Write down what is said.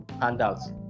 handouts